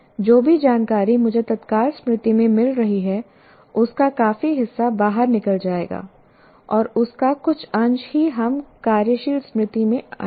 जो भी जानकारी मुझे तत्काल स्मृति में मिल रही है उसका काफी हिस्सा बाहर निकल जाएगा और उसका कुछ अंश ही हम कार्यशील स्मृति में आएंगे